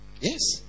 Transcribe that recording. Yes